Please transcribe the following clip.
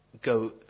go